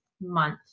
month